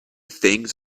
things